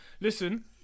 Listen